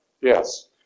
Yes